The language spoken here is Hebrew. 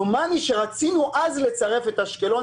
דומני שרצינו אז לצרף את אשקלון.